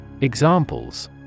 Examples